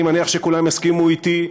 אני מניח שכולם יסכימו אתי,